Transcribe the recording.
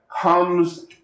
comes